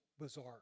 bizarre